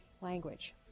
language